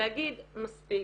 ולהגיד מספיק.